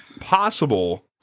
possible